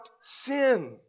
sin